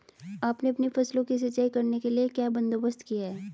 आपने अपनी फसलों की सिंचाई करने के लिए क्या बंदोबस्त किए है